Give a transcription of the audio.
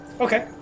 okay